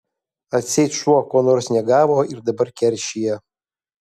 atseit šuo ko nors negavo ir dabar keršija